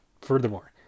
furthermore